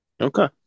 Okay